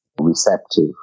receptive